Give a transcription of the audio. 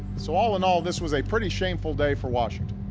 so, all in all, this was a pretty shameful day for washington.